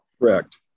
Correct